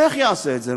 ואיך יעשה את זה?